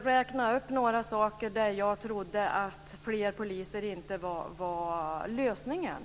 räknade jag upp några sammanhang där jag tror att fler poliser inte är lösningen.